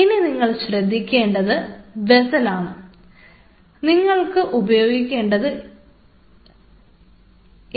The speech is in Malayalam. ഇനി നിങ്ങൾ ശ്രദ്ധിക്കേണ്ടത് വെസ്സലാണ് നിങ്ങൾക്ക് ഉപയോഗിക്കേണ്ടത് എന്നാണ്